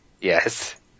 Yes